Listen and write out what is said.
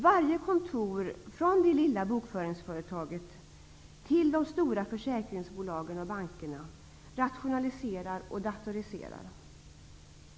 Varje kontor, från det lilla bokföringsföretaget till de stora försäkringsbolagen och bankerna, rationaliserar och datoriserar.